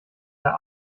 der